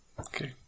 Okay